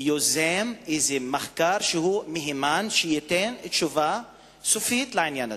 יוזם איזה מחקר מהימן שייתן תשובה סופית לזה?